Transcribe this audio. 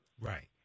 Right